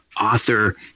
author